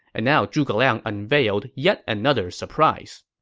and now zhuge liang unveiled yet another surprise.